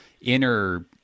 inner